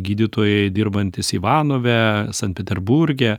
gydytojai dirbantys ivanove san peterburge